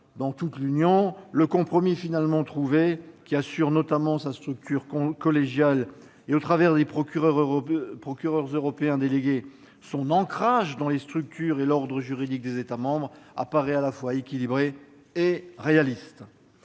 dans toute l'Union européenne. Le compromis finalement trouvé, qui assure notamment sa structure collégiale et, au travers des procureurs européens délégués, son ancrage dans les structures et l'ordre juridiques des États membres, apparaît à la fois équilibré et réaliste.